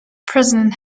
president